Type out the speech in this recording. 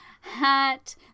hat